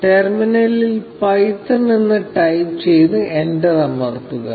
ടെർമിനലിൽ പൈത്തൺ എന്ന് ടൈപ്പ് ചെയ്ത് എന്റർ അമർത്തുക